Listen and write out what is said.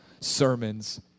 sermons